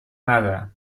ندارم